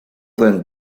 then